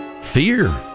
Fear